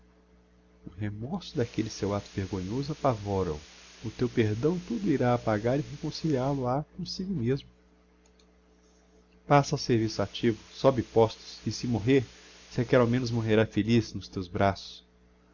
o remorso d'aquelle seu acto vergonhoso apavóra o o teu perdão tudo irá ápagar e reconciliál o ha comsigo mesmo passa ao serviço activo sobe postos e se morrer sequer ao menos morrerá feliz nos teus braços